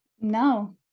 No